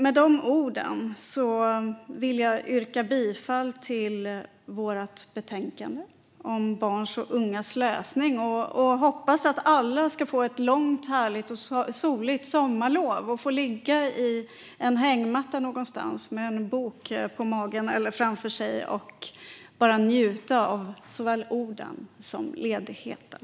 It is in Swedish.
Med de orden vill jag yrka bifall till utskottets förslag i betänkandet om barns och ungas läsning. Jag hoppas att alla ska få ett långt, härligt och soligt sommarlov och få ligga i en hängmatta någonstans med en bok på magen eller framför sig och bara njuta av såväl orden som ledigheten.